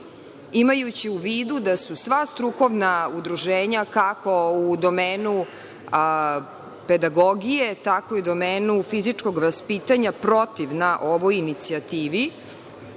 Imajući u vidu da su sva strukovna udruženja kako u domenu pedagogije, tako i u domenu fizičkog vaspitanja protivna ovoj inicijativi,